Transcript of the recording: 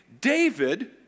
David